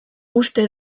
uste